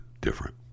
different